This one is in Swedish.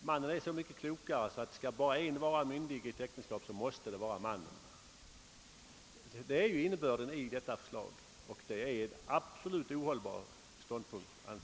mannen är så mycket klokare att om bara en är myndig i ett äktenskap måste det vara mannen. Det är innebörden i fru Kristenssons förslag, och det är enligt min mening en absolut ohållbar ståndpunkt.